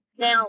Now